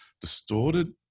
distorted